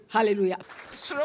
Hallelujah